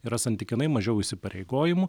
yra santykinai mažiau įsipareigojimų